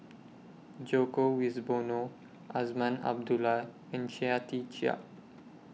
Djoko Wibisono Azman Abdullah and Chia Tee Chiak